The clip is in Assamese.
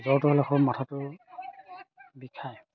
জ্বৰটো হ'লে খুব মাথাটো বিষায়